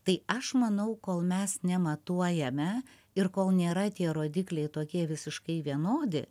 tai aš manau kol mes nematuojame ir kol nėra tie rodikliai tokie visiškai vienodi